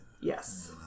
Yes